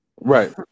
Right